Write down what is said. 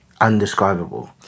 undescribable